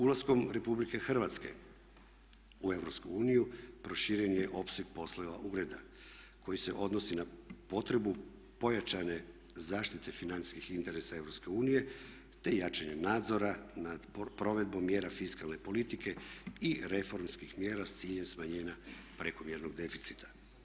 Ulaskom RH u EU proširen je opseg posla ureda koji se odnosi na potrebu pojačane zaštite financijskih interesa EU te jačanjem nadzora nad provedbom mjera fiskalne politike i reformskih mjera s ciljem smanjenja prekomjernog deficita.